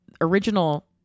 original